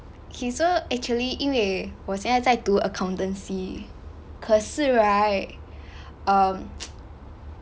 okay so actually 因为我现在在读 accountancy 可是 right um